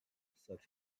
such